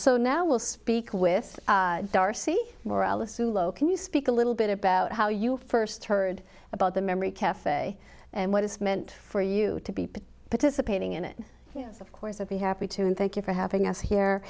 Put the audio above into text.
so now we'll speak with darcy more i'll assume low can you speak a little bit about how you first heard about the memory cafe and what it's meant for you to be participating in it yes of course i'd be happy to and thank you for having us here